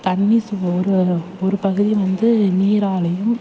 தண்ணி சு ஒரு ஒரு பகுதி வந்து நீராலேயும்